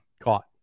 Caught